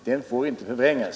Den får inte förvrängas.